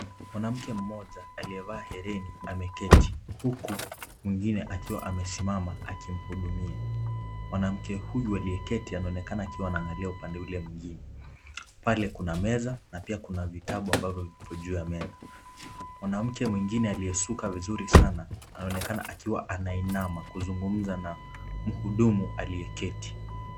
Mwanamke mmoja aliyevaa hereni ameketi huku mwingine akiwa amesimama akimhudumia. Mwanamke huyu aliyeketi anaonekana akiwa anaangalia upande ule mwingine. Pale kuna meza na pia kuna vitabu ambavyo vipo juu ya meza. Mwanamke mwingine aliyesuka vizuri sana anaonekana akiwa anainama kuzungumza na mhudumu aliyeketi.